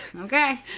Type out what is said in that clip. okay